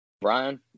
Brian